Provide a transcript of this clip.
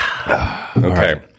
Okay